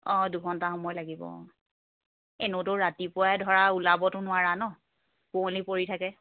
অঁ দুঘণ্টা সময় লাগিব অঁ এনেওতো ৰাতিপুৱাই ধৰা ওলাবতো নোৱাৰা নহ্ কুৱলী পৰি থাকে